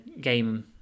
game